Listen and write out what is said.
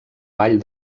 vall